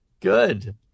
good